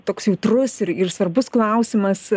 toks jautrus ir ir svarbus klausimas